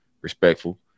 Respectful